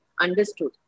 understood